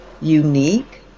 unique